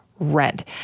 rent